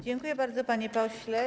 Dziękuję bardzo, panie pośle.